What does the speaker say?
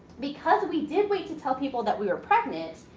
because we did wait to tell people that we were pregnant,